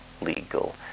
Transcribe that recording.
legal